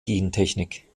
gentechnik